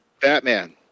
Batman